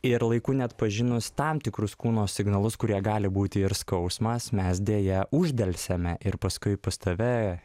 ir laiku neatpažinus tam tikrus kūno signalus kurie gali būti ir skausmas mes deja uždelsiame ir paskui pas tave